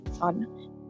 on